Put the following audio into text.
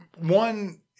One